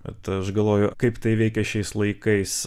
bet aš galvoju kaip tai veikia šiais laikais